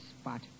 spot